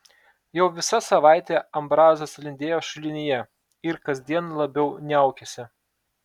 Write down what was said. jau visa savaitė ambrazas lindėjo šulinyje ir kasdien labiau niaukėsi